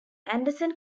anderson